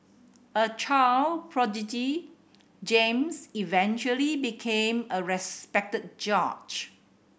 a child prodigy James eventually became a respected judge